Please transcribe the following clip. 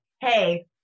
hey